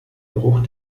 geruch